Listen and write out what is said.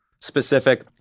specific